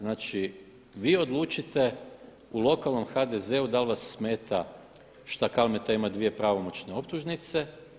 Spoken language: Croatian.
Znači, vi odlučite u lokalnom HDZ-u da li vas smeta šta Kalmeta ima dvije pravomoćne optužnice.